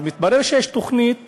אז מתברר שיש תוכנית